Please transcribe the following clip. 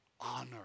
honor